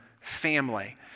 family